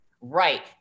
Right